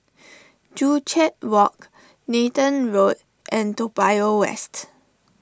Joo Chiat Walk Nathan Road and Toa Payoh West